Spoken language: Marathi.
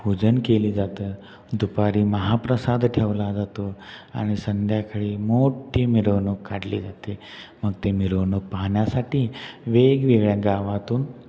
भोजन केली जातं दुपारी महाप्रसाद ठेवला जातो आणि संध्याकाळी मोठ्ठी मिरवणूक काढली जाते मग ती मिरवणूक पाहण्यासाठी वेगवेगळ्या गावातून